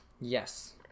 Yes